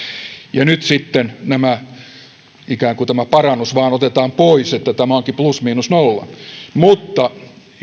ja nyt sitten ikään kuin tämä parannus vain otetaan pois ja tämä onkin plus miinus nolla mutta